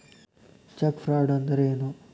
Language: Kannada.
ಚೆಕ್ ಫ್ರಾಡ್ ಅಂದ್ರ ಏನು?